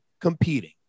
competing